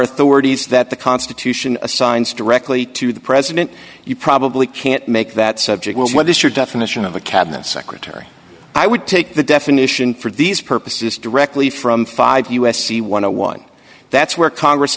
authorities that the constitution assigns directly to the president you probably can't make that subject was what is your definition of a cabinet secretary i would take the definition for these purposes directly from five u s c one hundred and one that's where congress